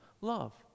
love